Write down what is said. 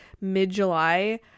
mid-July